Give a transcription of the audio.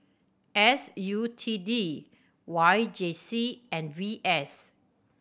S U T D Y J C and V S